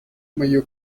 мое